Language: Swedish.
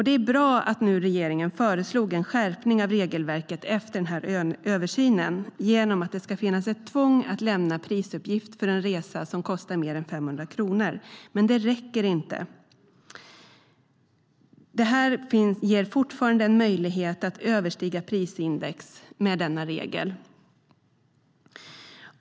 Det är bra att regeringen föreslår en skärpning av regelverket efter denna översyn genom att det ska finnas ett tvång att lämna prisuppgift för en resa som kostar mer än 500 kronor. Men det räcker inte. En sådan regel ger fortfarande en möjlighet att överstiga prisindex.